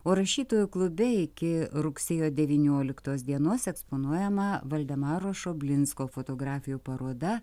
o rašytojų klube iki rugsėjo devynioliktos dienos eksponuojama valdemaro šoblinsko fotografijų paroda